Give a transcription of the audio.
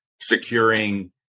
securing